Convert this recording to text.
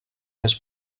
més